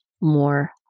more